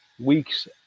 weeks